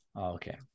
okay